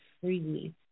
freely